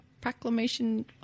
proclamation